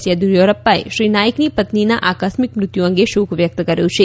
યેદીયુરપ્પાએ શ્રી નાઇકની પત્નીના આકસ્મિક મૃત્યુ અંગે શોક વ્યક્ત કર્યો છે